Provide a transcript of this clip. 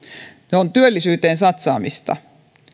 ne ovat työllisyyteen satsaamista